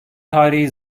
tarihi